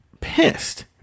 pissed